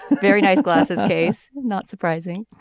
very nice glasses case. not surprising